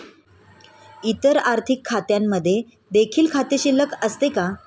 इतर आर्थिक खात्यांमध्ये देखील खाते शिल्लक असते का?